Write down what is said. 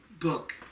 book